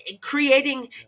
creating